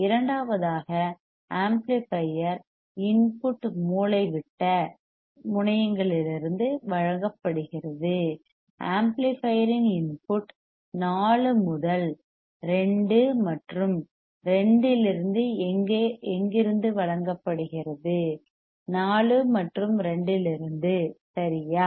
இரண்டாவதாக amplifier input மூலைவிட்ட diagonal diagonal முனையங்களிலிருந்து வழங்கப்படுகிறது ஆம்ப்ளிபையர்யின் இன்புட் 4 முதல் 2 மற்றும் 2 இலிருந்து எங்கிருந்து வழங்கப்படுகிறது 4 மற்றும் 2 இலிருந்து சரியா